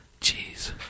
Jeez